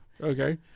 Okay